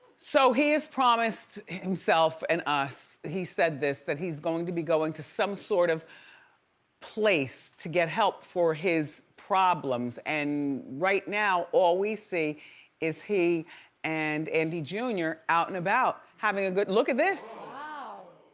so he has promised himself and us. he said this, that he's going to be going to some sort of place to get help for his problems. and right now, all we see is he and andie jr. out and about, having a good, look at this. wow.